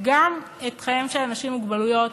גם את חייהם של אנשים עם מוגבלויות,